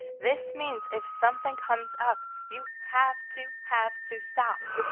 this means if something comes up, you have to have to stop.